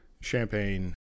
Champagne